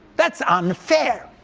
that's unfair.